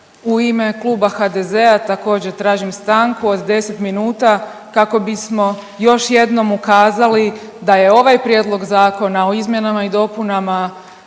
U ime kluba HDZ-a također tražim stanku od 10 minuta kako bismo još jednom ukazali da je ovaj Prijedlog zakona o izmjenama i dopunama